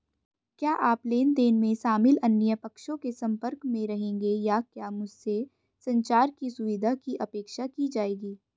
क्या आप लेन देन में शामिल अन्य पक्षों के संपर्क में रहेंगे या क्या मुझसे संचार की सुविधा की अपेक्षा की जाएगी?